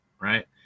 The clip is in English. Right